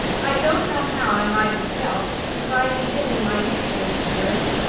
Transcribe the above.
i don't know how i might have felt if i had been in my usual spirits.